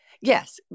Yes